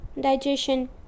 digestion